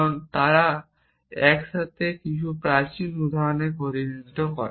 কারণ তারা একসাথে কিছু প্রাচীন উদাহরণের প্রতিনিধিত্ব করে